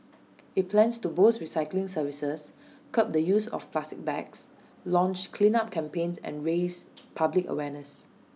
IT plans to boost recycling services curb the use of plastic bags launch cleanup campaigns and raise public awareness